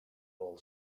all